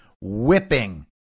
whipping